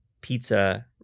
pizza